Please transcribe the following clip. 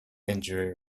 injury